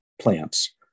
plants